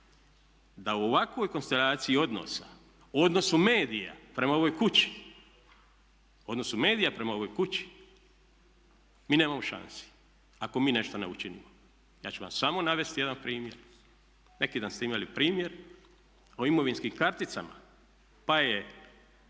da u ovakvoj konstelaciji odnosa, odnosu medija prema ovoj kući mi nemamo šansi ako mi nešto ne učinimo. Ja ću vam samo navesti jedan primjer. Neki dan ste imali primjer o imovinskim karticama pa je